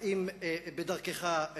עכשיו מפרשנים אותך.